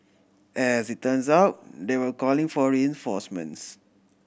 as it turns out they were calling for reinforcements